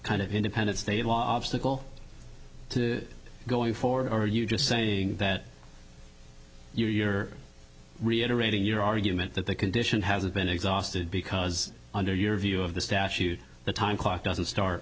kind of independent state law obstacle to going forward are you just saying that you you're reiterating your argument that the condition hasn't been exhausted because under your view of the statute the time clock doesn't start